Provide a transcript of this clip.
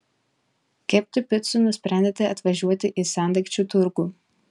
kepti picų nusprendėte atvažiuoti į sendaikčių turgų